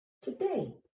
today